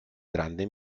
grande